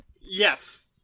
Yes